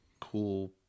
cool